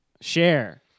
share